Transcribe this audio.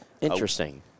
Interesting